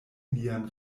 lian